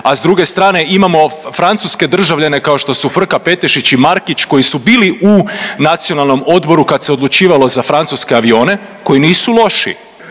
a s druge strane imamo francuske državljane, kao što su Frka Petešić i Markić koji su bili u nacionalnom odboru kad se odlučivalo za francuske avione koji nisu loši,